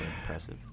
impressive